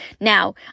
Now